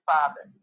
Father